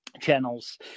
channels